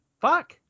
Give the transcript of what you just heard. Fuck